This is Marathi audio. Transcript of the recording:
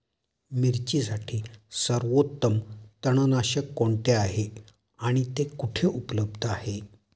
मिरचीसाठी सर्वोत्तम तणनाशक कोणते आहे आणि ते कुठे उपलब्ध आहे?